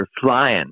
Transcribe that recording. flying